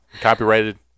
Copyrighted